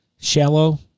shallow